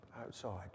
outside